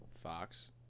fox